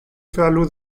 فعل